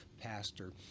Pastor